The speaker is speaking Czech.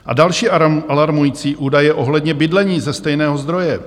A další alarmující údaje ohledně bydlení ze stejného zdroje.